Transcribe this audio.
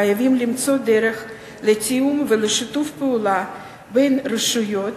חייבים למצוא דרך לתיאום ולשיתוף פעולה בין רשויות